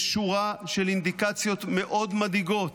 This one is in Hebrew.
יש שורה של אינדיקציות מאוד מדאיגות